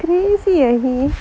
crazy eh